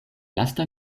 lasta